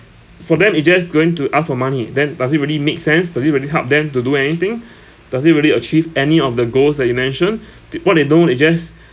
for them it just going to ask for money then does it really make sense does it really help them to do anything does it really achieve any of the goals that you mentioned did what they know they just